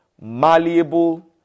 malleable